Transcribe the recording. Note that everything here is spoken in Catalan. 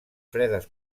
fredes